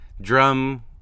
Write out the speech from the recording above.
drum